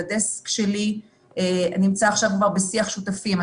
הדסק שלי נמצא עכשיו כבר בשיח שותפים.